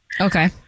Okay